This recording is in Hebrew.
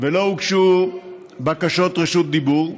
ולא הוגשו בקשות רשות דיבור,